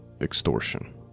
extortion